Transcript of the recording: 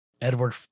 Edward